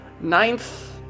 ninth